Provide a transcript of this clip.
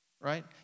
right